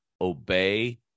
obey